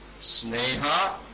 Sneha